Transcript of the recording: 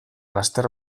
laster